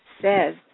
says